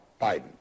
biden